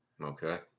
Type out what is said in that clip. okay